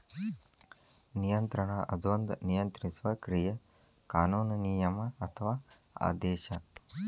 ನಿಯಂತ್ರಣ ಅದೊಂದ ನಿಯಂತ್ರಿಸುವ ಕ್ರಿಯೆ ಕಾನೂನು ನಿಯಮ ಅಥವಾ ಆದೇಶ